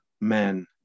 men